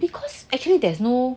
because actually there's no